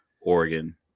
Oregon